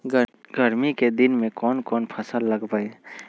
गर्मी के दिन में कौन कौन फसल लगबई?